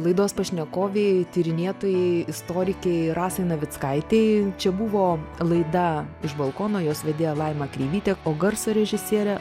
laidos pašnekovei tyrinėtojai istorikei rasai navickaitei čia buvo laida iš balkono jos vedėja laima kreivytė o garso režisierė